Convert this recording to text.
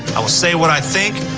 i'll say what i think,